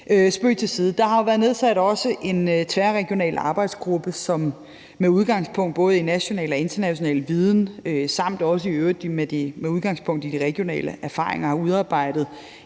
Der har også været nedsat en tværregional arbejdsgruppe, som med udgangspunkt både i national og international viden samt i øvrigt med udgangspunkt i de regionale erfaringer har udarbejdet